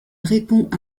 répond